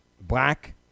black